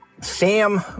Sam